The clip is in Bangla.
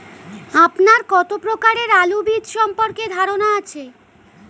আপনার কত প্রকারের আলু বীজ সম্পর্কে ধারনা আছে?